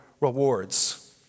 rewards